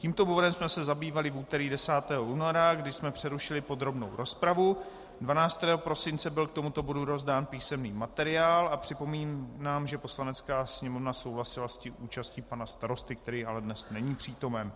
Tímto bodem jsme se zabývali v úterý 10. února, kdy jsme přerušili podrobnou rozpravu, 12. prosince byl k tomuto bodu rozdán písemný materiál a připomínám, že Poslanecká sněmovna souhlasila s účastí pana starosty, který ale dnes není přítomen.